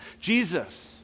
Jesus